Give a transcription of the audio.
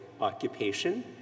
occupation